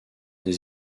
des